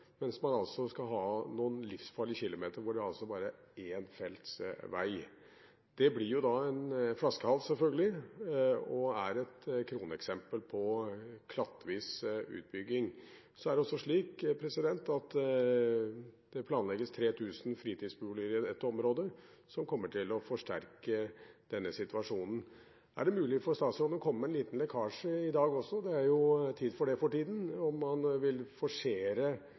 mens man skal ha noen livsfarlige kilometere hvor det bare er en ettfelts vei. Det blir da en flaskehals, selvfølgelig, og er et kroneksempel på klattvis utbygging. Så er det også slik at det planlegges 3 000 fritidsboliger i dette området, som kommer til å forsterke denne situasjonen. Er det mulig for statsråden å komme med en liten lekkasje i dag også – det er jo tid for det for tiden – om man vil forsere